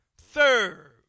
Third